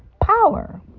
power